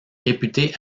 réputé